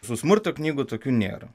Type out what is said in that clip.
su smurtu knygų tokių nėra